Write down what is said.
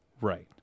Right